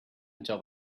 until